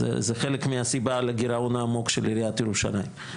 אז זה חלק מהסיבה לגרעון העמוק של עיריית ירושלים.